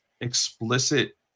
explicit